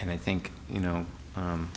and i think you know